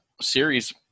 series